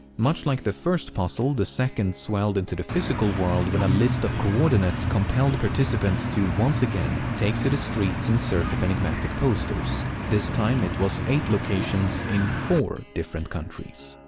much like the first puzzle the second swelled into the physical world when a list coordinates compelled participants to, once again, take to the streets in search of enigmatic posters. this time it was eight locations in four different countries.